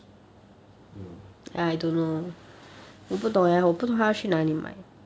don't know ah